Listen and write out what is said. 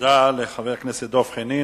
תודה לחבר הכנסת דב חנין.